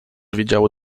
wiedziały